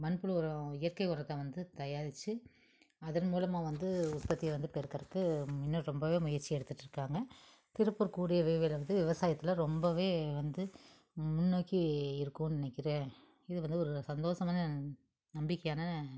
மண்புழு உரம் இயற்கை உரத்தை வந்து தயாரித்து அதன் மூலமாக வந்து உற்பத்தியை வந்து பெருக்குறதுக்கு இன்னும் ரொம்பவே முயற்சி எடுத்துகிட்ருக்காங்க திருப்பூர் கூடிய விரைவில் வந்து விவசாயத்தில் ரொம்பவே வந்து முன்னோக்கி இருக்குதுன்னு நினைக்கிறேன் இது வந்து ஒரு சந்தோசமான நம்பிக்கையான